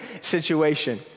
situation